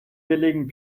billigen